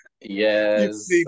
yes